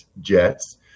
Jets